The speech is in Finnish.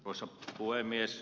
arvoisa puhemies